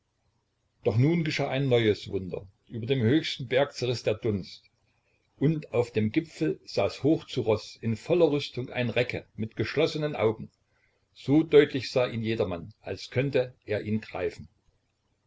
doch nun geschah ein neues wunder über dem höchsten berg zerriß der dunst und auf dem gipfel saß hoch zu roß in voller rüstung ein recke mit geschlossenen augen so deutlich sah ihn jedermann als könnte er ihn greifen